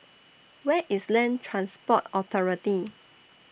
Where IS Land Transport Authority